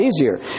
easier